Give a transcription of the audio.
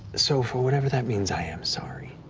so for whatever that means, i am sorry.